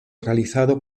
realizado